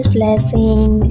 blessing